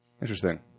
interesting